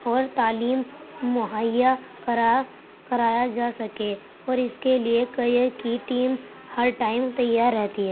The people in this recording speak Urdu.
اور تعلیم مہیا کرا کرایا جا سکے اور اس کے لیے کیریئر کی ٹیم ہر ٹائم تیار رہتی ہے